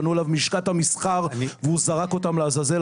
פנו אליו מלשכת המסחר, והוא זרק אותם לעזאזל.